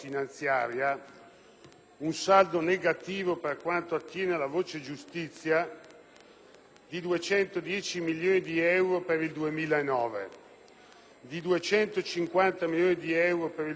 un saldo negativo per quanto attiene alla voce giustizia di 210 milioni di euro per il 2009, di 250 milioni di euro per il 2010